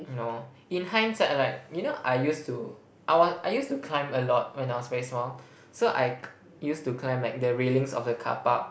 no in hindsight I'm like you know I used to I was I used to climb a lot when I was very small so I c~ used to climb the railings of the car park